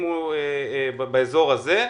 אם הוא באזור הזה,